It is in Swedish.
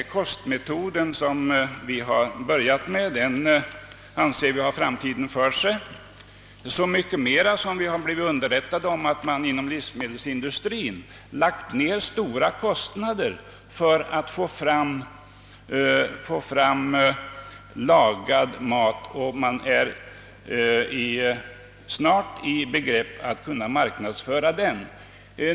Vi anser att den kostmetod vi börjat tillämpa har framtiden för sig, så mycket mera som vi blivit underrättade om att livsmedelsindustrin lagt ned stora kostnader för att få fram lagad mat och snart är i stånd att marknadsföra den.